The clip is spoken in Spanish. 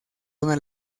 una